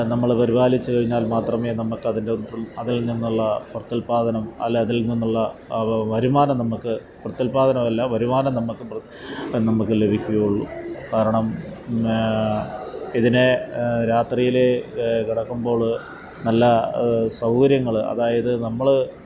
നമ്മൾ പരിപാലിച്ചു കഴിഞ്ഞാല് മാത്രമേ നമ്മൾക്കതിന്റെ അതില് നിന്നുമുള്ള പ്രത്യുല്പ്പാദനം അല്ലെങ്കിൽ അതില് നിന്നുള്ള വരുമാനം നമ്മൾക്ക് പ്രത്യുല്പ്പാദനമല്ല വരുമാനം നമ്മൾക്ക് നമ്മൾക്ക് ലഭിക്കുകയുള്ളു കാരണം ഇതിനേ രാത്രിയിൽ കിടക്കുമ്പോൾ നല്ല സൗകര്യങ്ങൾ അതായത് നമ്മൾ